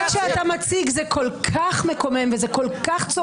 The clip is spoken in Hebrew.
כבר כשאתה מציג זה כל כך מקומם, וזה כל כך צורם.